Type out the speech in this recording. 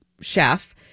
chef